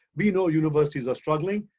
we know universities are struggling,